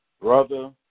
brother